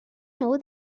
know